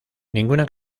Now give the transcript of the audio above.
ninguna